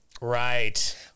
Right